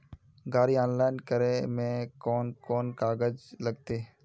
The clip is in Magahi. गाड़ी ऑनलाइन करे में कौन कौन कागज लगते?